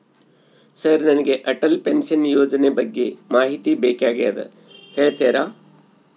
Sir ನನಗೆ Atal pension ಯೋಜನೆ ಬಗ್ಗೆ ಮಾಹಿತಿ ಬೇಕಾಗ್ಯದ ಹೇಳ್ತೇರಾ?